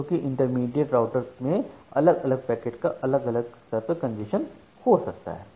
क्योंकि intermediate router में अलग अलग पैकेट का अलग अलग स्तर पर कंजेशन हो सकता है